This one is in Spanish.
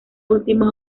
última